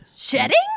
Shedding